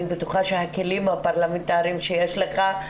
אני בטוחה שהכלים הפרלמנטריים שיש לך,